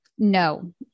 No